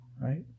right